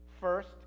First